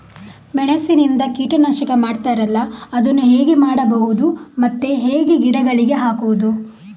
ಮೆಣಸಿನಿಂದ ಕೀಟನಾಶಕ ಮಾಡ್ತಾರಲ್ಲ, ಅದನ್ನು ಹೇಗೆ ಮಾಡಬಹುದು ಮತ್ತೆ ಹೇಗೆ ಗಿಡಗಳಿಗೆ ಹಾಕುವುದು?